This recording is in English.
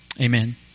Amen